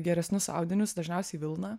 geresnius audinius dažniausiai vilną